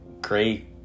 great